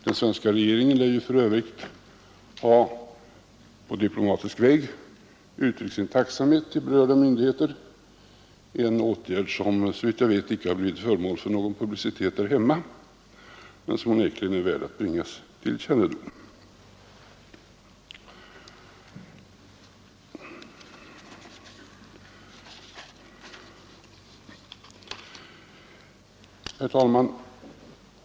Den svenska regeringen lär för övrigt ha på diplomatisk väg uttryckt sin tacksamhet till berörda myndigheter, en åtgärd som — såvitt jag vet — inte blivit föremål för någon publicitet här hemma, men som onekligen är värd att bringas till kännedom. Herr talman!